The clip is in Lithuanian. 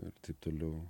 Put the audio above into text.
ir taip toliau